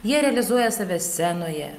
jie realizuoja save scenoje